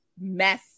mess